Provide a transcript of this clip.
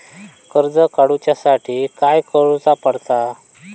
कर्ज काडूच्या साठी काय करुचा पडता?